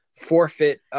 forfeit